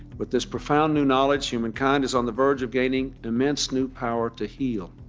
with this profound new knowledge, humankind is on the verge of gaining immense new power to heal,